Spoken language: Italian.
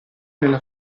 nella